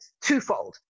twofold